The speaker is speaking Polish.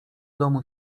domu